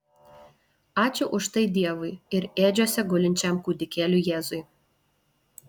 ačiū už tai dievui ir ėdžiose gulinčiam kūdikėliui jėzui